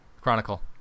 chronicle